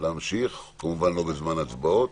כמובן לא בזמן ההצבעות.